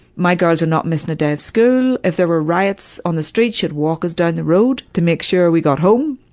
my girls are not missing a day of school. if there were riots on the street should would walk us down the road to make sure we got home,